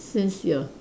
since you're